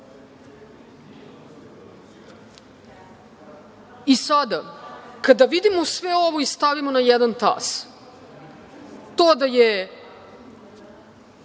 desilo. Sada kada vidimo sve ovo i stavimo na jedan tas, to da je